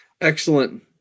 Excellent